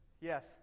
Yes